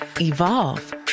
Evolve